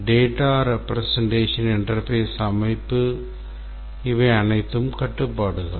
Data representation interface அமைப்பு இவை அனைத்தும் கட்டுப்பாடுகள்